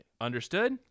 Understood